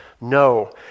No